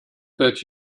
that